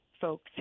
folks